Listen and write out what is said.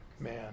man